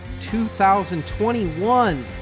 2021